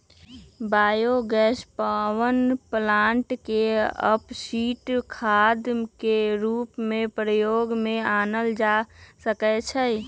bio gas power plant के अपशिष्ट खाद के रूप में प्रयोग में आनल जा सकै छइ